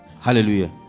Hallelujah